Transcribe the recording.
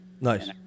nice